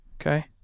okay